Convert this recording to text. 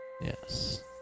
Yes